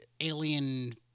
alien